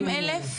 כ-70,000 .